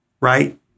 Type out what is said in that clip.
right